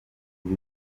ibi